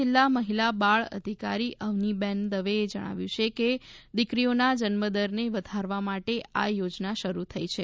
કચ્છ જિલ્લા મહિલા બાળ અધિકારી અવનીબેન દવેએ જણાવ્યુ છે કે દીકરીઓના જન્મદરને વધારવા માટે આ યોજના શરૂ થઈ છે